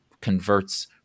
converts